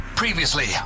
Previously